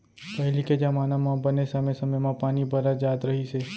पहिली के जमाना म बने समे समे म पानी बरस जात रहिस हे